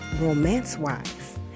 romance-wise